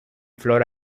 flora